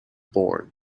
born